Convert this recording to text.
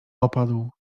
opadł